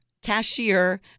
Cashier